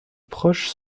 proches